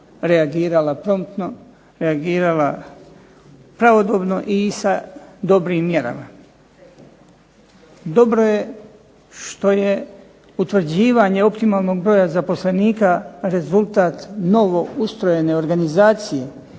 reagirala promptno, reagirala pravodobno i sa dobrim mjerama. Dobro je što je utvrđivanje optimalnog broja zaposlenika rezultat novo ustrojene organizacije,